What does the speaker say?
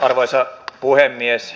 arvoisa puhemies